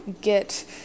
get